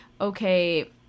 okay